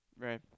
Right